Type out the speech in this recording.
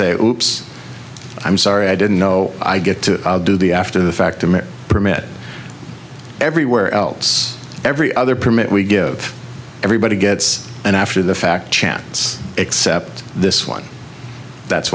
say opes i'm sorry i didn't know i get to do the after the fact i'm a permit everywhere else every other permit we give everybody gets an after the fact chants except this one that's